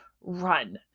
run